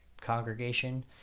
congregation